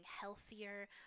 healthier